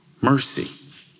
mercy